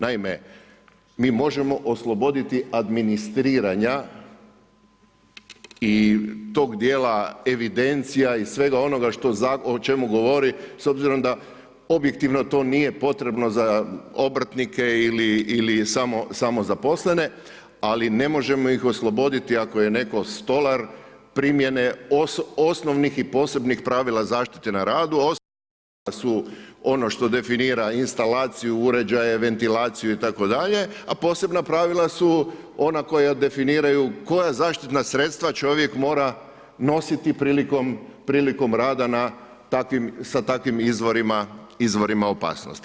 Naime, mi možemo osloboditi administriranja i tog djela evidencija i svega onoga o čemu govori s obzirom da objektivno to nije potrebno za obrtnike ili samozaposlene, ali ne možemo ih osloboditi ako je netko stolar primjene osnovnih i posebnih pravila zaštite na radu, osnova pravila su ono što definira instalaciju, uređaje, ventilaciju itd., a posebna pravila su ona koja definiraju koja zaštitna sredstva čovjek mora nositi prilikom rada sa takovim izvorima opasnosti.